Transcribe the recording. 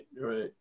right